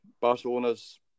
Barcelona's